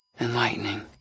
enlightening